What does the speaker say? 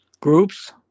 Groups